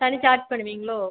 தனி சார்ஜ் பண்ணுவீங்களோ